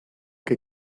que